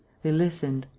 they listened,